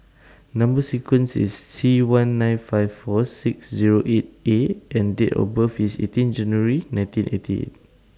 Number sequence IS T one nine five four six Zero eight A and Date of birth IS eighteen January nineteen ninety eight